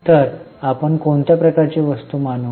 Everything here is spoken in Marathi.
तर आपण कोणत्या प्रकारची वस्तू मानू